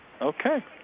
Okay